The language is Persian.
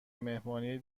مهمانی